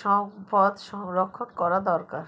সম্পদ সংরক্ষণ করা দরকার